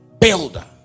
builder